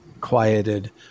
quieted